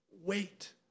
Wait